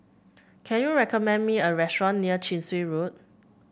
can you recommend me a restaurant near Chin Swee Road